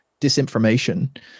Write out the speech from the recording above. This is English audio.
disinformation